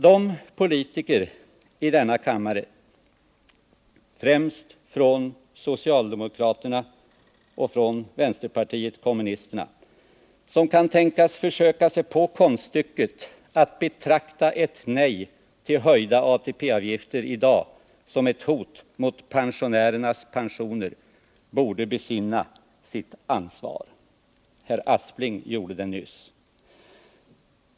De politiker i denna kammare, främst från socialdemokraterna och vänsterpartiet kommunisterna, som kan tänkas försöka sig på konststycket att betrakta ett nej till höjda ATP-avgifter i dag som ett hot mot pensionärernas pensioner — herr Aspling gjorde det nyss — borde besinna sitt ansvar.